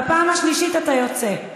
בפעם השלישית אתה יוצא.